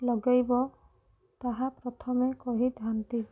ଲଗେଇବ ତାହା ପ୍ରଥମେ କହିଥାନ୍ତି